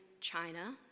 China